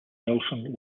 nelson